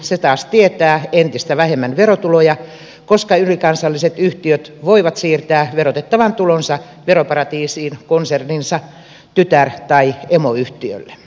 se taas tietää entistä vähemmän verotuloja koska ylikansalliset yhtiöt voivat siirtää verotettavan tulonsa veroparatiisiin konserninsa tytär tai emoyhtiölle